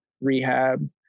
rehab